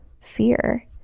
fear